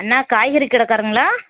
அண்ணா காய்கறி கடைக்காரங்களா